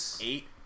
eight